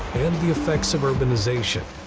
and the effects of urbanization.